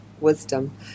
Wisdom